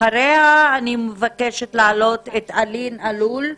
אחריה אני מבקשת להעלות את אלין אלול.